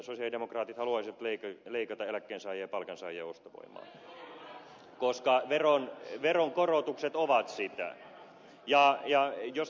sosialidemokraatit haluaisivat leikata eläkkeensaajien ja palkansaajien ostovoimaa koska veronkorotukset ovat sitä